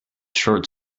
short